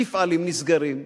מפעלים נסגרים,